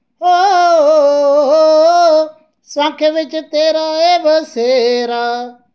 हो सुआंखे बीच तेरा ऐ बसेरा